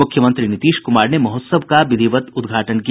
मुख्यमंत्री नीतीश कुमार ने महोत्सव का विधिवत उद्घाटन किया